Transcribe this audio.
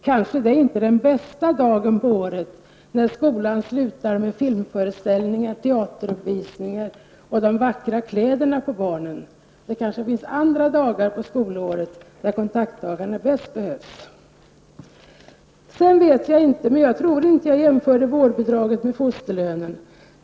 Kanske är det inte den bästa dagen på året att komma den dag då skolan slutar, med filmvisning, teateruppvisningar och de vackra kläderna på barnen. Det kanske finns andra dagar under skolåret då kontaktdagarna bättre behövs. Jag tror inte att jag jämförde vårdbidraget med fosterlönen.